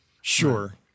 Sure